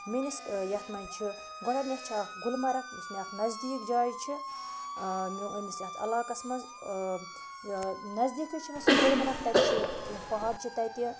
میٛٲنِس یَتھ منٛز چھِ گۄڈنٮ۪تھ چھِ اَکھ گُلمرگ یُس مےٚ اَکھ نزدیٖک جاے چھِ میٛٲنِس یَتھ علاقَس منٛز نزدیٖکٕے چھِنہٕ سُہ گلمرگ تَتہِ چھِ کینٛہہ پہاڑ چھِ تَتہِ